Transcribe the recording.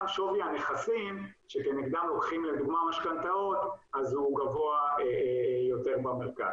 גם שווי הנכסים שכנגדם לוקחים לדוגמה משכנתאות הוא גבוה יותר במרכז.